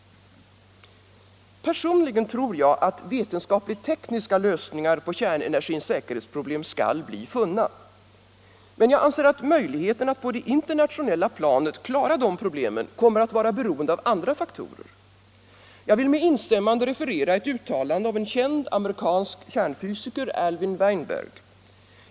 Personligen tror jag att vetenskapligt-tekniska lösningar på kärnenergins säkerhetsproblem skall bli funna. Men jag anser att möjligheten att på det internationella planet klara de problemen kommer att vara beroende av andra faktorer. Jag vill med instämmande referera ett uttalande av en känd amerikansk kärnfysiker, Alvin Weinberg.